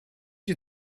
you